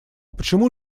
почему